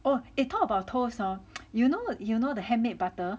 oh talk about toast hor you know you know the handmade butter